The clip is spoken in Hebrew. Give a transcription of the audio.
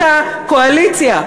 אותה קואליציה,